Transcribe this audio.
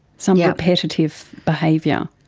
some yeah repetitive behaviour.